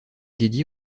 dédiée